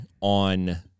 on